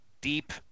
deep